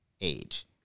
age